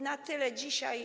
Na tyle dzisiaj.